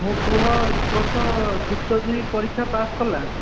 ମୋ ପୁଅ ଏ ବର୍ଷ ଯୁକ୍ତଦୁଇ ପରୀକ୍ଷା ପାସ୍ କଲା